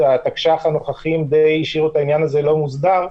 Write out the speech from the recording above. התקש"ח הנוכחיות השאירו את העניין הזה די לא מוסדר,